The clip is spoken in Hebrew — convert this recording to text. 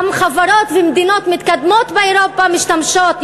גם חברות ומדינות מתקדמות באירופה משתמשות,